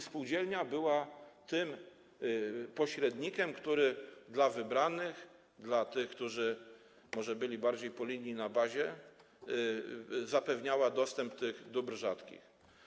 Spółdzielnia była tym pośrednikiem, który dla wybranych, dla tych, którzy może byli bardziej po linii na bazie, zapewniał dostęp do tych dóbr rzadkich.